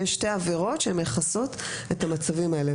יש שתי עבירות שהן מכסות את המצבים האלה.